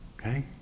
okay